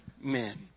men